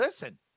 listen